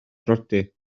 briodi